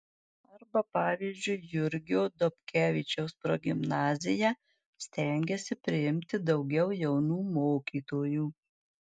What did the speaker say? arba pavyzdžiui jurgio dobkevičiaus progimnazija stengiasi priimti daugiau jaunų mokytojų